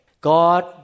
God